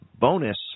Bonus